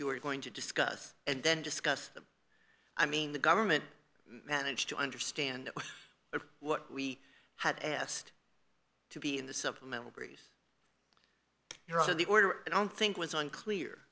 you are going to discuss and then discuss them i mean the government managed to understand what we had asked to be in the supplemental breeze you know the order i don't think was unclear